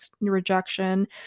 rejection